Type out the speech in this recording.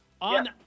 On